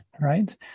Right